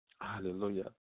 Hallelujah